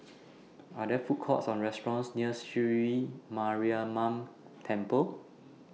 Are There Food Courts Or restaurants near Sri Mariamman Temple